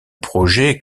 projet